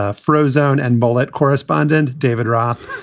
ah frozen. and bullett correspondent david roth,